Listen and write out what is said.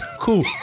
Cool